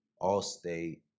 All-State